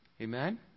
Amen